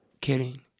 Kidding